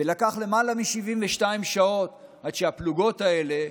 ולקח למעלה מ-72 שעות עד שהפלוגות האלה,